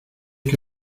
que